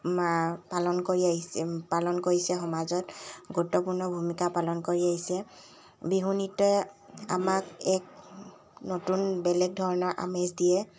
পালন কৰি আহিছে পালন কৰিছে সমাজত গুৰুত্বপূৰ্ণ ভূমিকা পালন কৰি আহিছে বিহু নৃত্যই আমাক এক নতুন বেলেগ ধৰণৰ আমেজ দিয়ে